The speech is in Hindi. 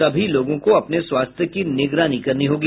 सभी लोगों को अपने स्वास्थ्य की निगरानी करनी होगी